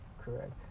correct